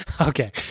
Okay